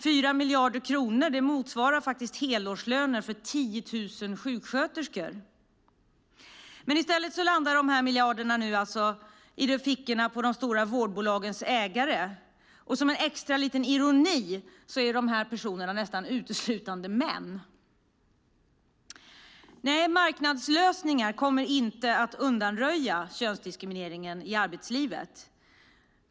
4 miljarder kronor motsvarar faktiskt helårslöner för 10 000 sjuksköterskor. I stället landar alltså dessa miljarder i fickorna på de stora vårdbolagens ägare, och som en extra liten ironi är dessa personer nästan uteslutande män. Nej, marknadslösningar kommer inte att undanröja könsdiskrimineringen i arbetslivet.